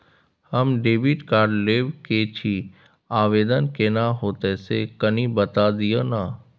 हम debit card लेब के छि, आवेदन केना होतै से कनी बता दिय न?